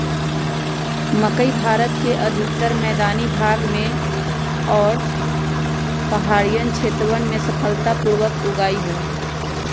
मकई भारत के अधिकतर मैदानी भाग में और पहाड़ियन क्षेत्रवन में सफलता पूर्वक उगा हई